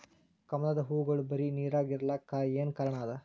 ಕಮಲದ ಹೂವಾಗೋಳ ಬರೀ ನೀರಾಗ ಇರಲಾಕ ಏನ ಕಾರಣ ಅದಾ?